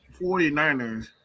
49ers